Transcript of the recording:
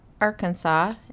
Arkansas